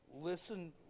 Listen